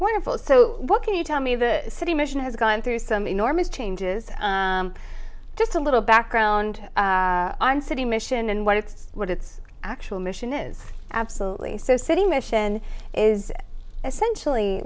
wonderful so what can you tell me the city mission has gone through some enormous changes just a little background on city mission and what it's what its actual mission is absolutely so city mission is essentially